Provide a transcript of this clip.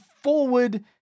forward